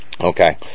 Okay